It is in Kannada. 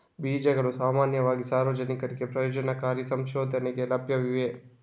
ಬೀಜಗಳು ಸಾಮಾನ್ಯವಾಗಿ ಸಾರ್ವಜನಿಕರಿಗೆ ಪ್ರಯೋಜನಕಾರಿ ಸಂಶೋಧನೆಗೆ ಲಭ್ಯವಿವೆ